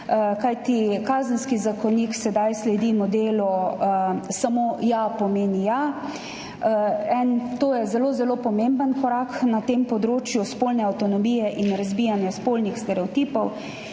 Kazenski zakonik sedaj sledi modelu samo ja pomeni ja. To je zelo zelo pomemben korak na področju spolne avtonomije in razbijanja spolnih stereotipov.